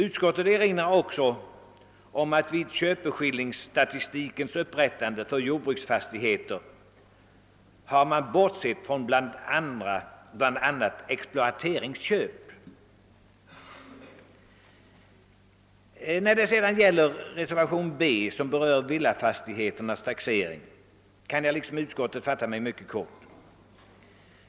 Utskottet erinrar också om att man vid upprättandet av köpeskillingsstatistiken för jordbruksfastigheter har bortsett från bl.a. exploateringsköp. Vad gäller reservationen B, som berör villafastigheternas taxering, kan jag liksom utskottet fatta mig mycket kort.